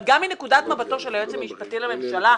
גם מנקודת מבטו של היועץ המשפטי לממשלה,